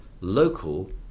local